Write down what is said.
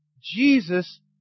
Jesus